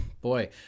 boy